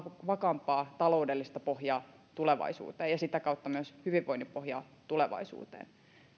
vakaampaa taloudellista pohjaa tulevaisuuteen ja sitä kautta myös hyvinvoinnin pohjaa tulevaisuuteen